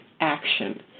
action